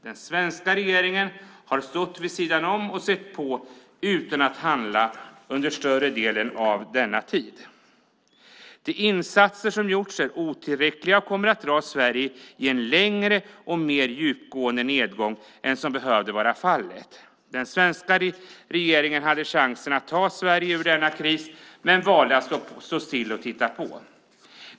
Den svenska regeringen har stått vid sidan om och sett på utan att handla under större delen av denna tid. De insatser som har gjorts är otillräckliga och kommer att dra in Sverige i en längre och mer djupgående nedgång än som behöver vara fallet. Den svenska regeringen hade chansen att ta Sverige ur denna kris men valde att stå stilla och titta på.